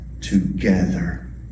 together